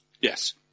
Yes